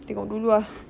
tengok dulu ah